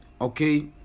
Okay